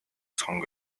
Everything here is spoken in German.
song